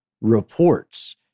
reports